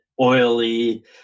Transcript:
oily